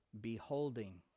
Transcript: beholding